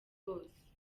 bose